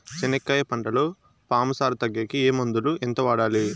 చెనక్కాయ పంటలో పాము సార తగ్గేకి ఏ మందులు? ఎంత వాడాలి?